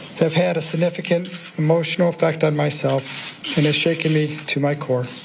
have had a significant emotional effect on myself and has shaken me to my core.